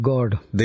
God